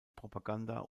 propaganda